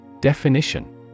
Definition